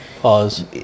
pause